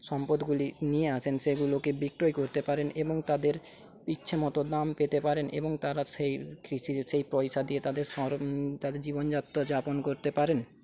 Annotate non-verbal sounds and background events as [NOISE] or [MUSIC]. সম্পদগুলি নিয়ে আসেন সেগুলোকে বিক্রয় করতে পারেন এবং তাদের ইচ্ছেমতো দাম পেতে পারেন এবং তারা সেই [UNINTELLIGIBLE] সেই পয়সা দিয়ে তাদের তাদের জীবনযাত্রা যাপন করতে পারেন